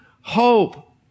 hope